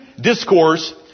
discourse